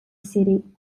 city